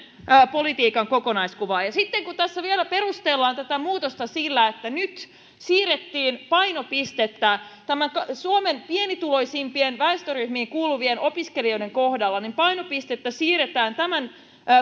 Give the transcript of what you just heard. politiikan kokonaiskuva ja sitten kun tässä vielä perustellaan tätä muutosta sillä että nyt siirrettiin painopistettä suomen pienituloisimpiin väestöryhmiin kuuluvien opiskelijoiden kohdalla niin painopistettä siirretään tämän